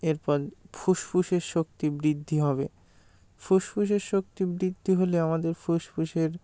এরপর ফুসফুসের শক্তি বৃদ্ধি হবে ফুসফুসের শক্তি বৃদ্ধি হলে আমাদের ফুসফুসের